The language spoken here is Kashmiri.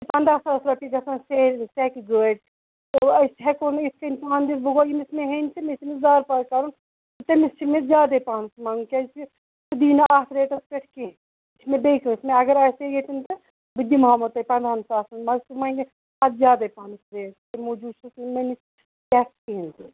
پَنٛداہ ساس رۄپیہِ گژھان سیل سیٚکہِ گٲڑۍ تہٕ أسۍ ہیٚکو نہٕ یِتھ کٔنۍ پانہٕ دِتھ وۄنۍ گوٚو ییٚمِس مےٚ ہیٚنۍ چھِ مےٚ چھُ تٔمِس زارٕ پار کَرُن تٔمِس چھِ مےٚ زیادٔے پہَنس منٛگُن کیٛازِکہِ سُہ دی نہٕ اتھ ریٹَس پٮ۪ٹھ کیٚنٛہہ یہِ چھِ مےٚ بیٚیہِ کٲنٛسہِ مےٚ اگر آسہِ ہے ییٚتیٚن تہٕ بہٕ دِمہٕ ہاو تۄہہِ پنٛدہَن ساسَن مگر سُہ منٛگہِ مےٚ پتہٕ زیادٔے پَہَنس ریٹ تَمہِ موٗجوٗب چھُ سُہ مےٚ نِش سیٚکھ کِہیٖنۍ تہِ